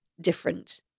different